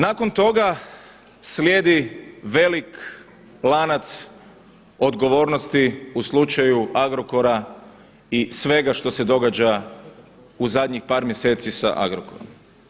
Nakon toga slijedi veliki lanac odgovornosti u slučaju Agrokora i svega što se događa u zadnjih par mjeseci s Agrokorom.